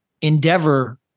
endeavor